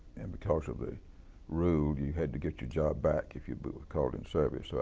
and because of the rule you had to get your job back if you but were called in service. so